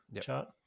chart